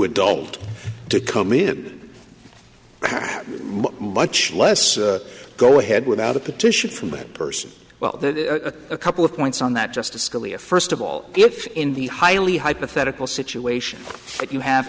adult to come in much less go ahead without a petition from that person well a couple of points on that justice scalia first of all if in the highly hypothetical situation if you have